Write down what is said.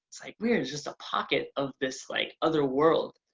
it's like weird, it's just a pocket of this like other world.